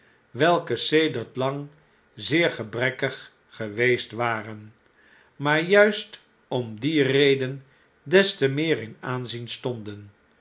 welke sedert lang zeer gebrekkig geweest waren maar juist om die reden des te meer in aanzien stonden